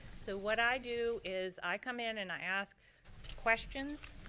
so what i do is, i come in and i ask questions